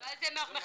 ה-300,000.